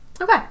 Okay